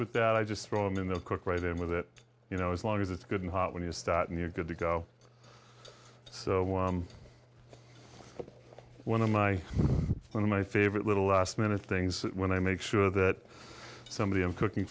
with that i just throw in the cook right in with it you know as long as it's good and hot when you start and you're good to go so one of my one of my favorite little last minute things when i make sure that somebody i'm cooking